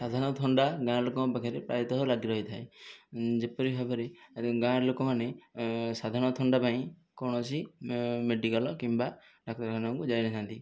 ସାଧାରଣ ଥଣ୍ଡା ଗାଁ ଲୋକଙ୍କ ପାଖରେ ପ୍ରାୟତଃ ଲାଗି ରହିଥାଏ ଯେପରି ଭାବରେ ଗାଁର ଲୋକମାନେ ସାଧାରଣ ଥଣ୍ଡା ପାଇଁ କୌଣସିମେଡ଼ିକାଲ କିମ୍ବା ଡାକ୍ତରଖାନାକୁ ଯାଇନଥାନ୍ତି